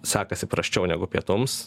sekasi prasčiau negu pietums